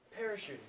Parachuting